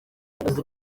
ukumva